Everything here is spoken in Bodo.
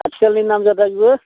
आथिखालनि नाम जादा बेबो